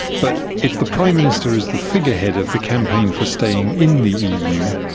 but if the prime minister is the figurehead of the campaign for staying in the eu,